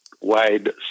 wide